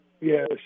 Yes